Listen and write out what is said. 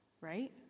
right